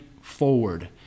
forward